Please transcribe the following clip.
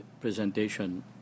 presentation